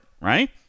right